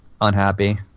unhappy